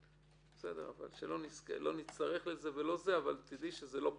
אבל שלא נצטרך לזה אבל תדעי שזה לא פשוט.